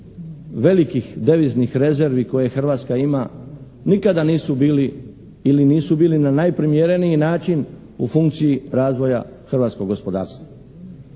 velikih deviznih rezervi koje Hrvatska ima, nikada nisu bili ili nisu bili na najprimjereniji način u funkciji razvoja hrvatskog gospodarstva.